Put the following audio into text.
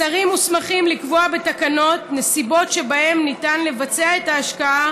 השרים מוסמכים לקבוע בתקנות נסיבות שבהן ניתן לבצע את ההשקעה